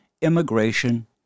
immigration